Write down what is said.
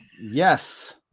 Yes